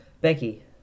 Becky